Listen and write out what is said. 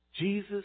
Jesus